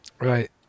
Right